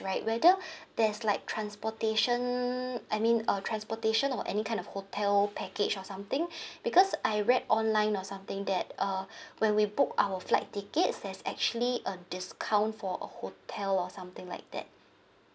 right whether there's like transportation I mean uh transportation or any kind of hotel package or something because I read online or something that uh when we book our flight tickets there's actually a discount for a hotel or something like that